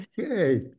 Okay